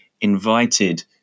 invited